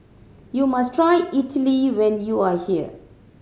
you must try Idili when you are here